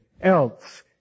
else